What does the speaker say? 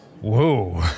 Whoa